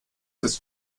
ist